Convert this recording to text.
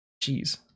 Jeez